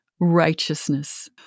righteousness